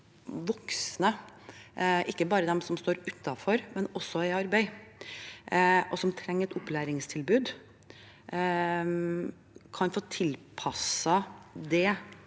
voksne – ikke bare dem som står utenfor, men også dem som er i arbeid – som trenger et opplæringstilbud, kan få tilpasset det